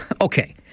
okay